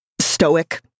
stoic